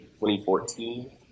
2014